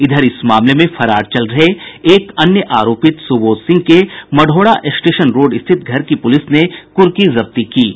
इधर इस मामले में फरार चल रहे एक अन्य आरोपित सुबोध सिंह के मढ़ौरा स्टेशन रोड स्थित घर की पुलिस ने कुर्की जब्ती की है